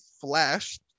flashed